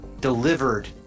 delivered